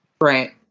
Right